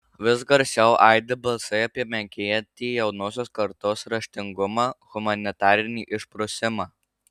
vis garsiau aidi balsai apie menkėjantį jaunosios kartos raštingumą humanitarinį išprusimą